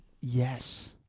Yes